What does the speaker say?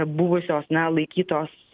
buvusios na laikytos